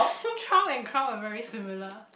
Trump and Crump are very similar